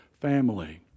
family